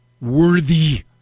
worthy